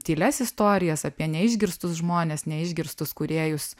tylias istorijas apie neišgirstus žmones neišgirstus kūrėjus